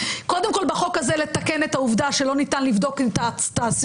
קודם כול בחוק הזה לתקן את העובדה שלא ניתן לבדוק את הסרטונים,